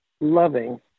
loving